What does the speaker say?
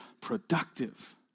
productive